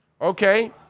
Okay